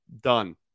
done